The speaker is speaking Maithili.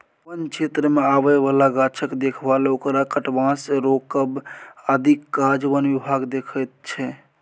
बन क्षेत्रमे आबय बला गाछक देखभाल ओकरा कटबासँ रोकब आदिक काज बन विभाग देखैत छै